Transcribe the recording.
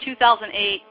2008